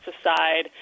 aside